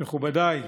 מכובדיי,